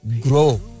Grow